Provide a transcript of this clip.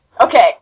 Okay